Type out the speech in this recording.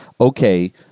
okay